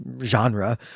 genre